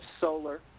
solar